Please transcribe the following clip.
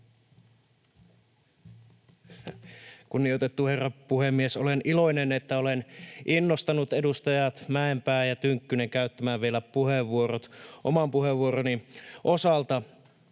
Kunnioitettu herra puhemies! Olen iloinen, että olen innostanut edustajat Mäenpää ja Tynkkynen käyttämään vielä puheenvuorot oman puheenvuoroni osalta.